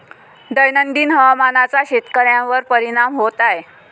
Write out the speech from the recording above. दैनंदिन हवामानाचा शेतकऱ्यांवर परिणाम होत आहे